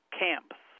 camps